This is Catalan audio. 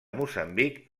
moçambic